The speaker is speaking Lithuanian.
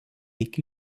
iki